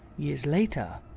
years later,